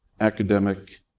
academic